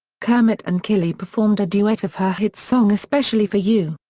kermit and kylie performed a duet of her hit song especially for you.